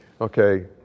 okay